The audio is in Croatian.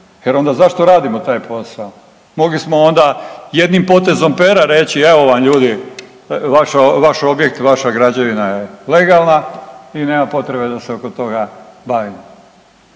jer onda zašto radimo taj posao. Mogli smo onda jednim potezom pera reći evo vam ljudi vaš objekt, vaša građevina je legalna i nema potrebe da se oko toga bavimo.